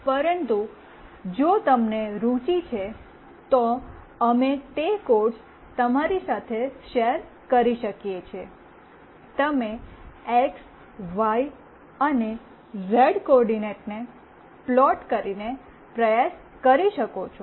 પરંતુ જો તમને રુચિ છે તો અમે તે કોડ્સ તમારી સાથે શેર કરી શકીએ છીએ તમે એક્સ વાય અને ઝેડ કોઓર્ડિનેટ પ્લોટ કરી ને પ્રયાસ કરી શકો છો